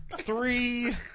Three